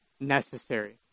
necessary